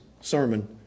sermon